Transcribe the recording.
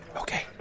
Okay